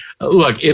look